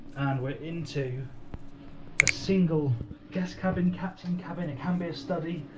we're into a single guest cabin, captain cabin, it can be a study,